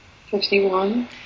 Fifty-one